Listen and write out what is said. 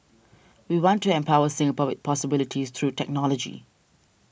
we want to empower Singapore with possibilities through technology